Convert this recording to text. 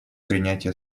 принятия